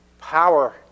power